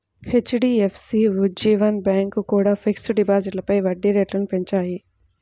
HDFC, Ujjivan bank కూడా fixed డిపాజిట్లపై వడ్డీ రేట్లను పెంచాయి